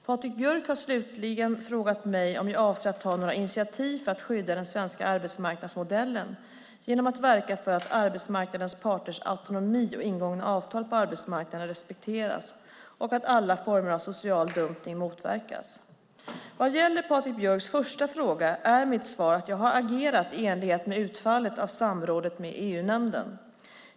Patrik Björck har slutligen frågat mig om jag avser att ta några initiativ för att skydda den svenska arbetsmarknadsmodellen genom att verka för att arbetsmarknadens parters autonomi och ingångna avtal på arbetsmarknaden respekteras och att alla former av social dumpning motverkas. Vad gäller Patrik Björcks första fråga är mitt svar att jag har agerat i enlighet med utfallet av samrådet med EU-nämnden.